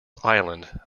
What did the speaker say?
island